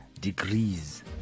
degrees